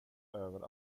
över